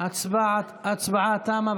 ההצבעה תמה.